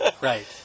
right